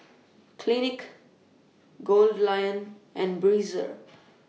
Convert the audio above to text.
Clinique Goldlion and Breezer